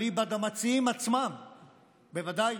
אליבא דמציעים עצמם ובוודאי